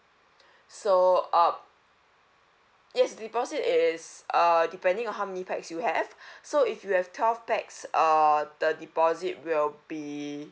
so uh yes deposit is err depending on how many pax you have so if you have twelve pax err the deposit will be